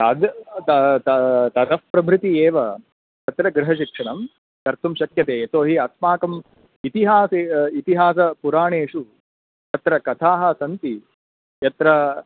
तद् तत्प्रभृतिम् एव तत्र गृहशिक्षणं कर्तुं शक्यते यतोहि अस्माकम् इतिहासे इतिहासपुराणेषु तत्र कथाः सन्ति यत्र